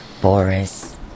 Boris